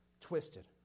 twisted